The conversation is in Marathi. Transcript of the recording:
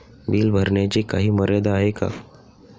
बिल भरण्याची काही मर्यादा आहे का?